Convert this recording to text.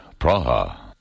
Praha